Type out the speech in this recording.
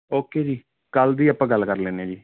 okay ਜੀ ਕੱਲ੍ਹ ਦੀ ਆਪਾਂ ਗੱਲ ਕਰ ਲੈਂਦੇ ਹਾਂ ਜੀ